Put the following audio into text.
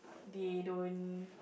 they don't